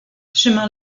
chemin